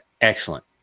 Excellent